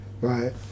right